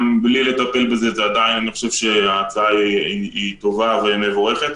גם בלי לטפל בזה עדיין אני חושב שההצעה טובה ומבורכת.